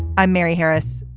i'm mary harris.